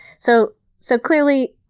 so so clearly,